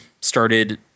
started